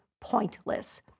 pointless